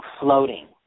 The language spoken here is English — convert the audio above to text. floating